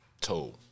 told